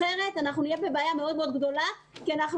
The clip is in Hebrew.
אחרת נהיה בבעיה מאוד מאוד גדולה כי אנחנו